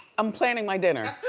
i'm planning my dinner.